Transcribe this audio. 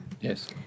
Yes